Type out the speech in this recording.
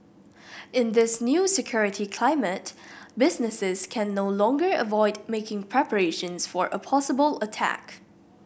in this new security climate businesses can no longer avoid making preparations for a possible attack